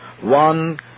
One